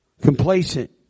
complacent